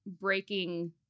breaking